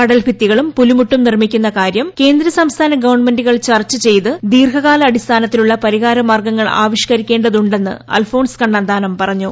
കടൽഭിത്തികളും പുലിമുട്ടും നിർമിക്കുന്ന കാര്യം കേന്ദ്ര സംസ്ഥാന ഗവൺമെന്റുകൾ ചർച്ച ചെയ്ത് ദീർഘകാലാടിസ്ഥാനത്തിലുള്ള പരിഹാര മാർഗ്ഗങ്ങൾ ആവിഷ്കരിക്കേണ്ടതുണ്ടെന്ന് അൽഫോൺസ് കണ്ണന്താനം പറഞ്ഞു